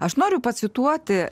aš noriu pacituoti